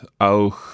auch